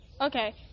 Okay